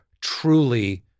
truly